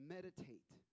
Meditate